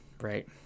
right